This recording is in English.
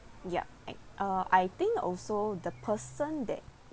ya and uh I think also the person that